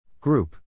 Group